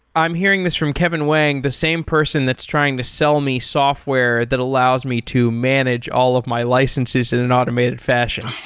i'm hearing this from kevin wang, the same person that's trying to sell me software that allows me to manage all of my licenses in an automated fashion.